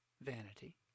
vanity